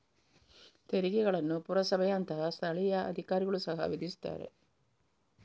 ತೆರಿಗೆಗಳನ್ನು ಪುರಸಭೆಯಂತಹ ಸ್ಥಳೀಯ ಅಧಿಕಾರಿಗಳು ಸಹ ವಿಧಿಸುತ್ತಾರೆ